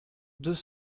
deux